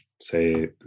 say